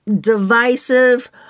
divisive